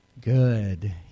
Good